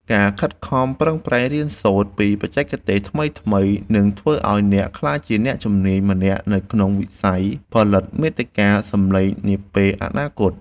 ការខិតខំប្រឹងប្រែងរៀនសូត្រពីបច្ចេកទេសថ្មីៗនឹងធ្វើឱ្យអ្នកក្លាយជាអ្នកជំនាញម្នាក់នៅក្នុងវិស័យផលិតមាតិកាសំឡេងនាពេលអនាគត។